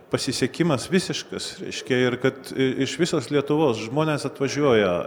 pasisekimas visiškas reiškia ir kad iš visos lietuvos žmonės atvažiuoja